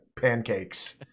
pancakes